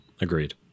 agreed